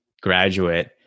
graduate